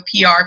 PR